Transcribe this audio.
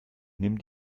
nimm